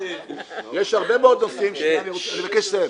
אני מבקש לסיים.